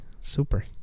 Super